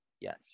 Yes